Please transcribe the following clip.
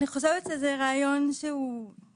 אני חושבת שזה רעיון טוב,